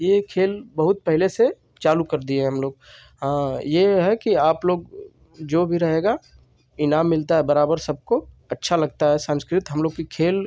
ये खेल बहुत पहले से चालू कर दिए हैं हमलोग हाँ यह है कि आप लोग जो भी रहेगा इनाम मिलता है बराबर सबको अच्छा लगता है संस्कृति हमलोग की खेल